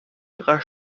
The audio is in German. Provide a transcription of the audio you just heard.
ihrer